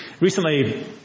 Recently